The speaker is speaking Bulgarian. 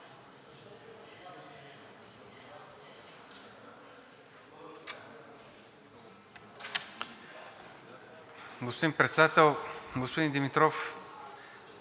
Господин Председател, господин Димитров,